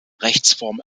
rechtsform